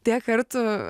tiek kartų